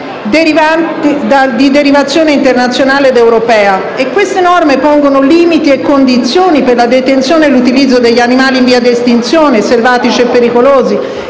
di derivazione internazionale ed europea, le quali pongono limiti e condizioni per la detenzione e l'utilizzo degli animali in via di estinzione, selvatici e pericolosi.